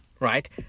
right